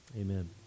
Amen